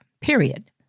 period